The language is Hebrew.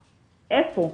איפה.